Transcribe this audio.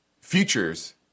futures